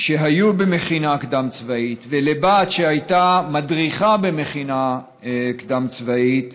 שהיו במכינה קדם-צבאית ולבת שהייתה מדריכה במכינה קדם-צבאית,